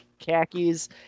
Khakis